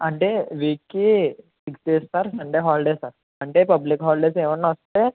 అంటే weekly six days sir నిన్న holiday sir అంటే పబ్లిక్ హాలిడేస్ ఏవన్నా వస్తే